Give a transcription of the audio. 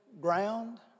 ground